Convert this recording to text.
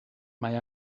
mae